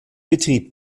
betrieb